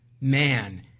man